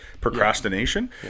procrastination